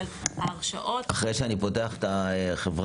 אבל ההרשאות --- אחרי שאני פותח את החברה,